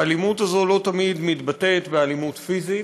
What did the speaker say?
והאלימות הזאת לא תמיד מתבטאת באלימות פיזית,